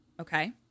Okay